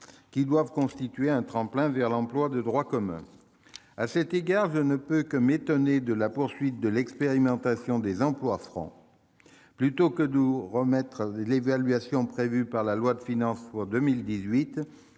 qui doivent constituer un tremplin vers l'emploi de droit commun. À cet égard, je ne peux que m'étonner de la poursuite de l'expérimentation des emplois francs. Plutôt que de nous remettre l'évaluation prévue par la loi de finances pour 2018,